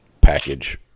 package